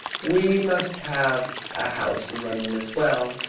we must have a house in london as well,